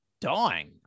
dying